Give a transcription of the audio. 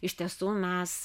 iš tiesų mes